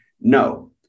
No